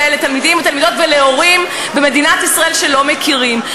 לתלמידים ותלמידות ולהורים במדינת ישראל שלא מכירים.